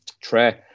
Trey